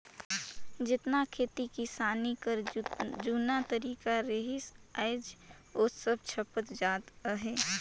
जेतना खेती किसानी कर जूना तरीका रहिन आएज ओ सब छपत जात अहे